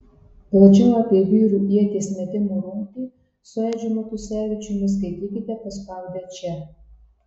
plačiau apie vyrų ieties metimo rungtį su edžiu matusevičiumi skaitykite paspaudę čia